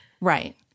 right